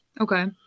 Okay